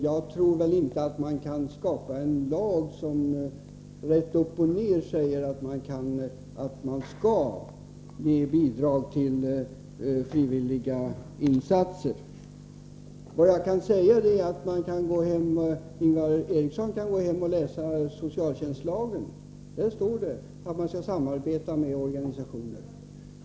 Man kan väl inte stifta en lag där det rätt upp och ner sägs att man skall ge bidrag till frivilliga insatser. Ingvar Eriksson kan gå hem och läsa socialtjänstlagen. Där står det att man skall samarbeta med organisationer.